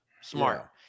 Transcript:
Smart